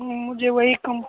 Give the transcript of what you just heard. मुझे वही कम